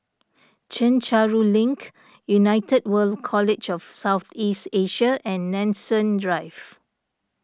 Chencharu Link United World College of South East Asia and Nanson Drive